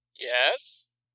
Yes